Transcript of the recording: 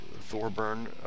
Thorburn